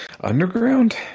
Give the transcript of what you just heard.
Underground